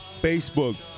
Facebook